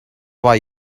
why